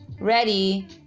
ready